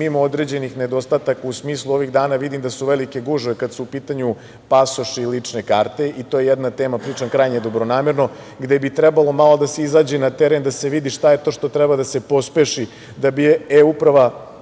Ima određenih nedostataka, u smislu ovih dana vidim da su velike gužve kada su u pitanju pasoši i lične karte i to je jedna tema, pričam krajnje dobronamerno, gde bi trebalo malo da se izađe i na teren, da se vidi šta je to što treba da se pospeši da bi e-Uprava